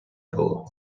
було